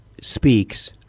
speaks